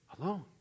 Alone